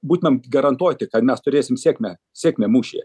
būtumėm garantuoti kad mes turėsim sėkmę sėkmę mūšyje